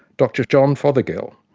dr john fothergill,